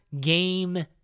game